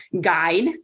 guide